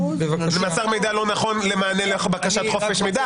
מסר מידע לא נכון למענה לבקשת חופש מידע,